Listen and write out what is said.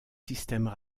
systèmes